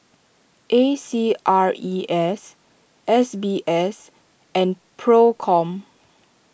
A C R E S S B S and Procom